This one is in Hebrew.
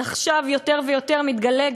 אבל עכשיו יותר ויותר מתגלה,